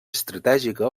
estratègica